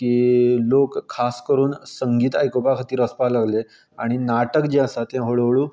की लोक खास करून संगीत आयकुपा खातीर वचपाक लागले आनी नाटक जें आसा तें हळू हळू